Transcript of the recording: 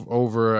over